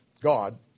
God